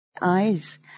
eyes